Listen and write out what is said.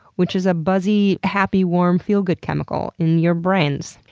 which is a buzzy, happy, warm, feel-good chemical in your brains.